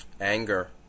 anger